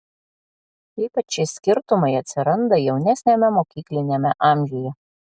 ypač šie skirtumai atsiranda jaunesniame mokykliniame amžiuje